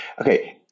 okay